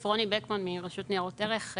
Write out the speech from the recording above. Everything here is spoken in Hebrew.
רוני בקמן מרשות ניירות ערך.